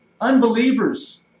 unbelievers